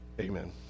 Amen